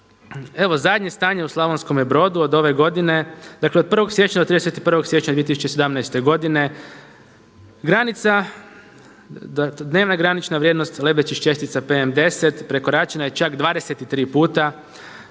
Evo zadnje stanje u Slavonskome Brodu od ove godine, dakle od 1. siječnja do 31. siječnja 2017. godine granica, dnevna granična vrijednost lebdećih čestica PM10 prekoračena je čak 23 puta,